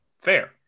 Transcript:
Fair